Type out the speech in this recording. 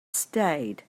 stayed